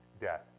death